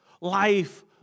Life